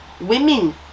Women